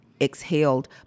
exhaled